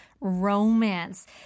romance